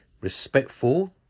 respectful